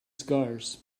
scars